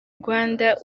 rwanda